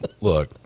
Look